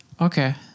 Okay